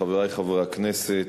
חברי חברי הכנסת,